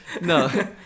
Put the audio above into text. No